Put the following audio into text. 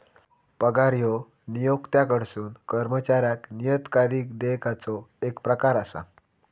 पगार ह्यो नियोक्त्याकडसून कर्मचाऱ्याक नियतकालिक देयकाचो येक प्रकार असा